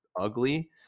ugly